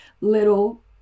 little